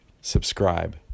Subscribe